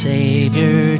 Savior